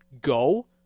go